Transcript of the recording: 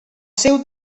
seu